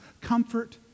comfort